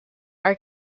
are